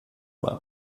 mal